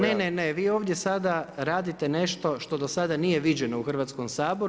Ne, ne vi ovdje sada radite nešto što do sada nije viđeno u Hrvatskom saboru.